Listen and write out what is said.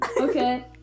Okay